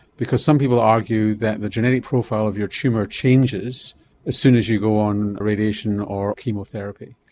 because some people argue that the genetic profile of your tumour changes as soon as you go on radiation or chemotherapy.